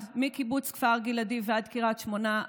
מקיבוץ כפר גלעדי ועד קריית שמונה.